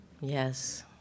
Yes